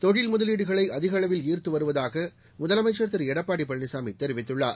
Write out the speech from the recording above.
தொழில் முதலீடுகளை அதிகளவில் ஈர்த்து வருவதாக முதலமைச்சர் திரு எடப்பாடி பழனிசாமி தெரிவித்துள்ளார்